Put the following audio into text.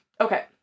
Okay